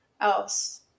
else